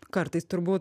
kartais turbūt